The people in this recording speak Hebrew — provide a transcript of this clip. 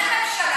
זה הזוי.